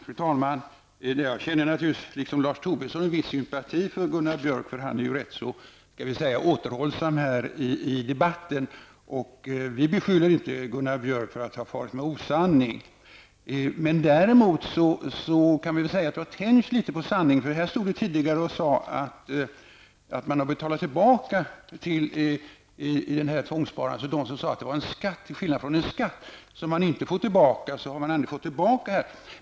Fru talman! Jag känner naturligtvis liksom Lars Tobisson en viss sympati för Gunnar Björk -- han är ju rätt återhållsam här i debatten. Vi beskyller inte Gunnar Björk för att ha farit med osanning. Däremot har det tänjts litet på sanningen. Tidigare sades det här att man skall betala tillbaka tvångssparandet; till skillnad från en skatt, som man inte får tillbaka, får man ändå tillbaka de här pengarna.